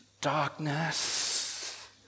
Darkness